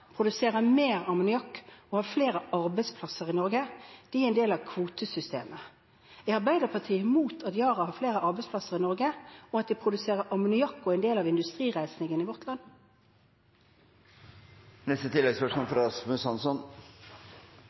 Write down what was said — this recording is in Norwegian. mer ammoniakk og har flere arbeidsplasser i Norge. De er en del av kvotesystemet. Er Arbeiderpartiet imot at Yara har flere arbeidsplasser i Norge, og at de produserer ammoniakk og er en del av industrireisningen i vårt land?